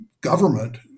government